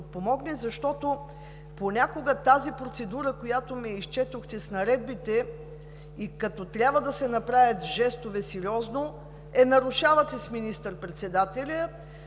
защото понякога тази процедура, която ми я изчетохте с наредбите, като трябва да се направят жестове, сериозно я нарушавате с министър-председателя.